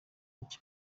ibyo